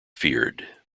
feared